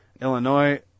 Illinois